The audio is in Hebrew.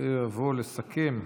יבוא לסכם.